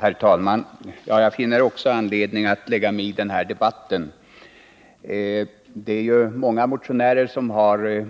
Herr talman! Också jag finner anledning att lägga mig i den här debatten. Det är många som